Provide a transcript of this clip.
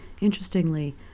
Interestingly